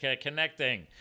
Connecting